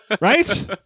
right